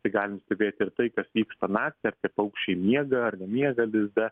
tai galim stebėt ir tai kas vyksta naktį ar tie paukščiai miega ar nemiega lizde